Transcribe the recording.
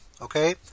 okay